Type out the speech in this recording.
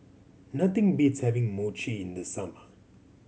nothing beats having Mochi in the summer